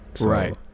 Right